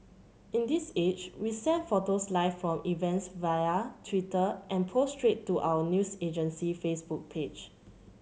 in this age we send photos live from events via Twitter and post straight to our news agency Facebook page